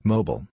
Mobile